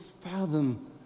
fathom